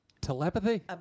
telepathy